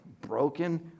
broken